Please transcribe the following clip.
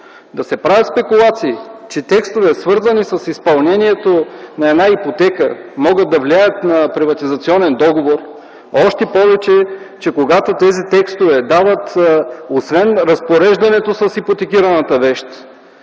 Да се правят спекулации, че текстове, свързани с изпълнението на една ипотека, могат да влияят на приватизационен договор! Още повече, когато тези текстове дават, освен разпореждането с ипотекираната вещ,